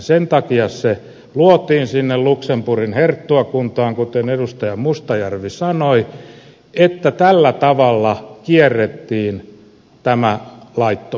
sen takia se luotiin sinne luxemburgin herttuakuntaan kuten edustaja mustajärvi sanoi että tällä tavalla kierrettiin tämä laittomuus